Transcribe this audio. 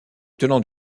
tenant